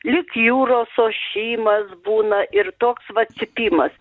lyg jūros ošimas būna ir toks va cypimas